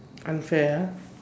unfair ah